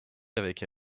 avec